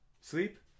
Sleep